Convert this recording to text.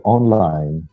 Online